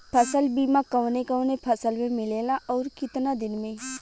फ़सल बीमा कवने कवने फसल में मिलेला अउर कितना दिन में?